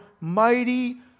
mighty